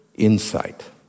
Insight